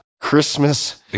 Christmas